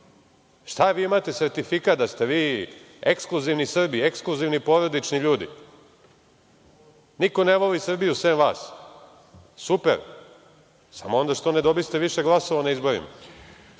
Šta, vi imate sertifikat da ste vi ekskluzivni Srbi, ekskluzivni porodični ljudi? Niko ne voli Srbiju sem vas? Super, samo onda što ne dobiste više glasova na izborima. Vi